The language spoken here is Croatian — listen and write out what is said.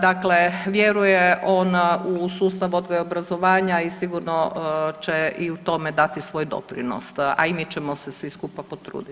Dakle, vjeruje on u sustav odgoja i obrazovanja i sigurno će i u tome dati svoj doprinos, a i mi ćemo se svi skupa potruditi.